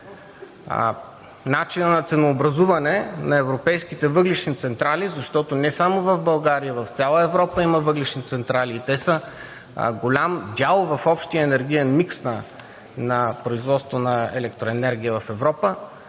Начинът на ценообразуване на европейските въглищни централи, защото не само в България, а в цяла Европа има въглищни централи и те са голям дял в общия енергиен микс на производството на електроенергия в Европа,